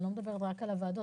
אני לא מדברת רק על הוועדות.